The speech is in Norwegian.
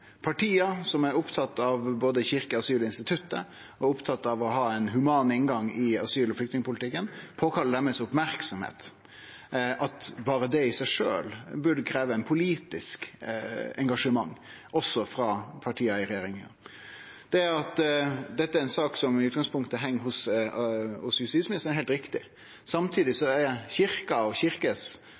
som er opptatt av både kyrkjeasylinstituttet og av å ha ein human inngang i asyl- og flyktningpolitikken. Berre det i seg sjølv burde krevje eit politisk engasjement, også frå partia i regjeringa. At dette er ei sak som i utgangspunktet høyrer til justisministeren, er heilt riktig. Samtidig er kyrkja og engasjementet til kyrkja ein del av denne statsrådens engasjement, så her er